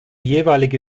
jeweilige